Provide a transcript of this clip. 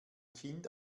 kind